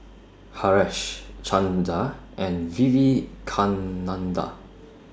Haresh Chanda and Vivekananda